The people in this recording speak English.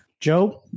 Joe